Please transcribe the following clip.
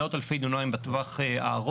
מאות אלפי דונמים בטווח הארוך